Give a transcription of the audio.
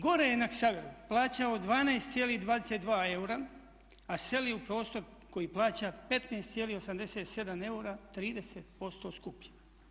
Gore je na Ksaveru plaćao 12,22 eura, a seli u prostor koji plaća 15,87 eura 30% skuplje.